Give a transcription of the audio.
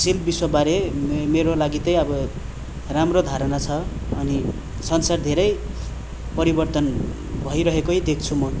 सिल विश्वबारे मेरो लागि चाहिँ अब राम्रो धारणा छ अनि संसार धेरै परिवर्तन भइरहेकै देख्छु म